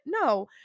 No